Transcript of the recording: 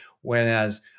whereas